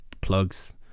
plugs